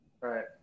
Right